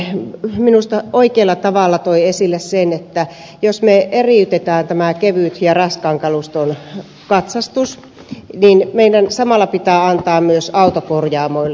jokinen minusta oikealla tavalla toi esille sen että jos me eriytämme kevyen ja raskaan kaluston katsastuksen niin meidän samalla pitää antaa myös autokorjaamoille se